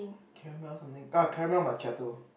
caramel something ah caramel macchiato